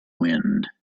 wind